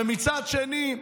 ומצד שני,